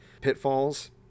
pitfalls